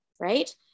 right